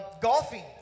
Golfing